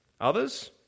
Others